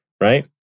right